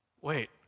Wait